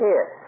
Yes